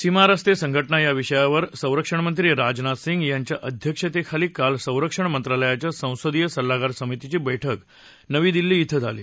सीमा रस्ते संघटना या विषयावर संरक्षणमंत्री राजनाथ सिंग यांच्या अध्यक्षतेखाली काल संरक्षण मंत्रालयाच्या संसदीय सल्लागार समितीची बैठक नवी दिल्ली इथं झाली